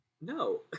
no